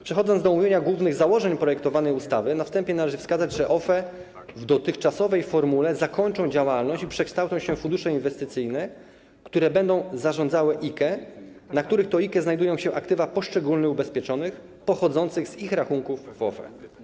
Przechodząc do omówienia głównych założeń projektowanej ustawy, na wstępie należy wskazać, że OFE w dotychczasowej formule zakończą działalność i przekształcą się w fundusze inwestycyjne, które będą zarządzały IKE, na których to IKE znajdują się aktywa poszczególnych ubezpieczonych, pochodzące z ich rachunków w OFE.